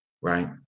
right